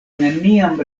neniam